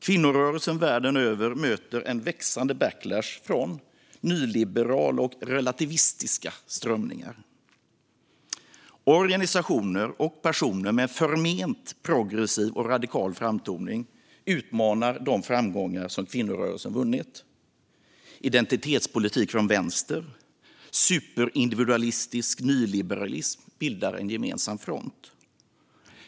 Kvinnorörelsen världen över möter en växande backlash från nyliberala och relativistiska strömningar. Organisationer och personer med en förment progressiv och radikal framtoning utmanar de framgångar som kvinnorörelsen vunnit. Identitetspolitik från vänster och superindividualistisk nyliberalism bildar en gemensam front.